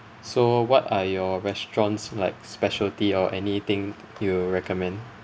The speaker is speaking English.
so what are your restaurants like specialty or anything you recommend